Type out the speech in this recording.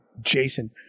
Jason